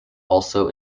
also